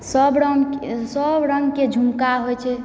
सब रंग सब रंगके झुमका होइ छै